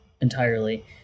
entirely